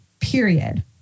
period